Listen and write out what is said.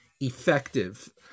effective